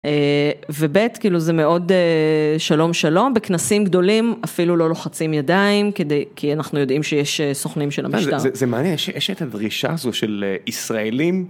ובית כאילו זה מאוד שלום שלום, בכנסים גדולים אפילו לא לוחצים ידיים כי אנחנו יודעים שיש סוכנים של המשטר. זה מעניין, יש את הדרישה הזו של ישראלים.